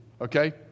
okay